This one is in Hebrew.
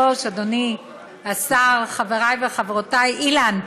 חבר הכנסת אילן גילאון,